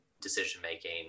decision-making